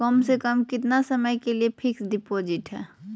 कम से कम कितना समय के लिए फिक्स डिपोजिट है?